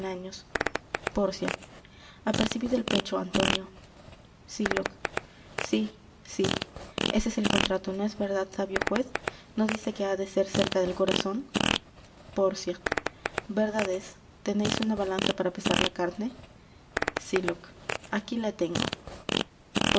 pórcia apercibid el pecho antonio sylock sí sí ese es el contrato no es verdad sabio juez no dice que ha de ser cerca del corazon pórcia verdad es teneis una balanza para pesar la carne sylock aquí la tengo